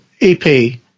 EP